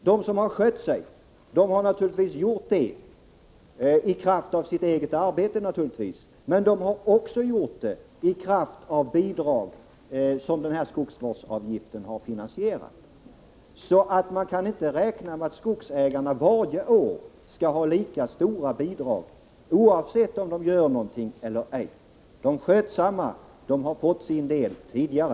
De som har skött sig har naturligtvis gjort det i kraft av sitt eget arbete, men de har också gjort det i kraft av bidrag som skogsvårdsavgiften har finansierat. Man kan inte räkna med att skogsägarna varje år skall ha lika stora bidrag, oavsett om de gör någonting eller ej. De skötsamma har fått sin del tidigare.